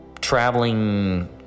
traveling